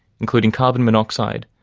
including carbon monoxide,